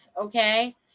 okay